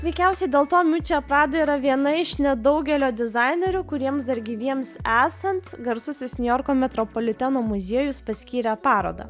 veikiausiai dėl to čia prada yra viena iš nedaugelio dizainerių kuriems dar gyviems esant garsusis niujorko metropoliteno muziejus paskyrė parodą